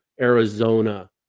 Arizona